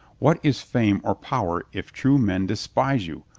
what is fame or power if true men despise you?